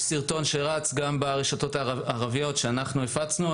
יש סרטון שרץ ברשתות הערביות שאנחנו הפצנו,